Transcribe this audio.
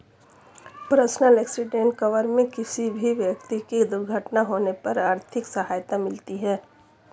personal accident cover में किसी भी व्यक्ति की दुर्घटना होने पर आर्थिक सहायता मिलती है